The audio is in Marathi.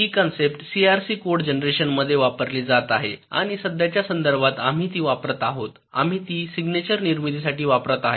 ही कन्सेप्ट सीआरसी कोड जनरेशनमध्ये वापरली जात आहे आणि सध्याच्या संदर्भात आम्ही ती वापरत आहोत आम्ही ती सिग्नेचर निर्मितीसाठी वापरत आहे